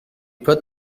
put